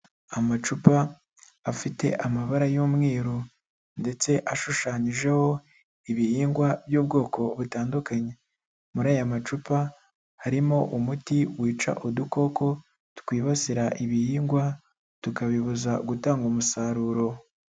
Amacupa afite amabara y'umweru ndetse ashushanyijeho ibihingwa by'ubwoko butandukanye, muri aya macupa harimo umuti wica udukoko twibasira ibihingwa tukabibuza gutanga umusaruro.